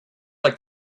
like